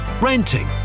renting